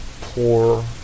poor